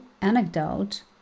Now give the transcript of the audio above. anecdote